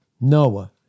Noah